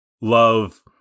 love